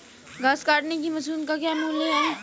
घास काटने की मशीन का मूल्य क्या है?